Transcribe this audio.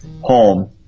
home